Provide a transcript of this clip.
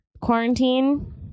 quarantine